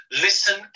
Listen